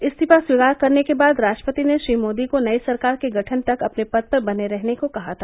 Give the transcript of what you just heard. इस्तीफा स्वीकार करने के बाद राष्ट्रपति ने श्री मोदी को नई सरकार के गठन तक अपने पद पर बने रहने को कहा था